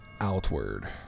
Outward